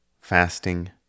fasting